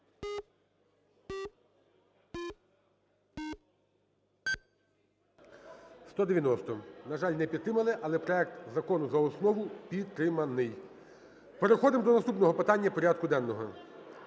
За-190 На жаль, не підтримали. Але проект закону за основу підтриманий. Переходимо до наступного питання порядку денного.